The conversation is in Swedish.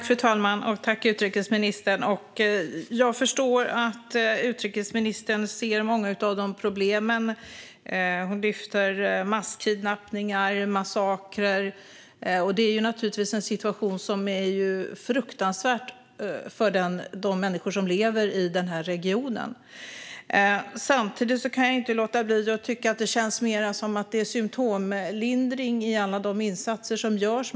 Fru talman! Jag förstår att utrikesministern ser många av problemen. Hon lyfter fram masskidnappningar och massakrer, och det är naturligtvis en situation som är fruktansvärd för de människor som lever i den här regionen. Samtidigt kan jag inte låta bli att känna att det mer är symtomlindring i en av de insatser som görs.